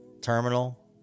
terminal